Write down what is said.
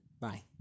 Bye